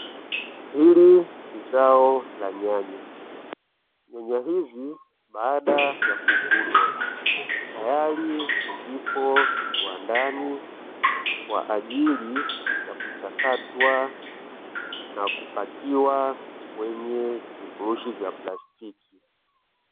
Hili ni zao la nyanya, nyanya hizi baada ya kuvunwa, tayari zipo kiwandani kwa ajili ya kuchakatwa na kupakiwa kwenye vifurushi vya plastiki.